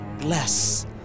Bless